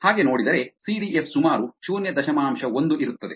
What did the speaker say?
ಹಾಗೆ ನೋಡಿದರೆ ಸಿಡಿಎಫ್ ಸುಮಾರು ಶೂನ್ಯ ದಶಮಾಂಶ ಒಂದು ಇರುತ್ತದೆ